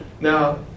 Now